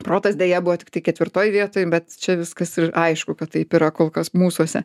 protas deja buvo tiktai ketvirtoj vietoj bet čia viskas aišku kad taip yra kol kas mūsuose